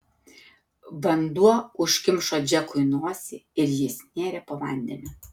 vanduo užkimšo džekui nosį ir jis nėrė po vandeniu